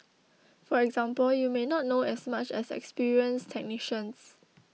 for example you may not know as much as experienced technicians